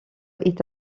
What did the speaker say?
est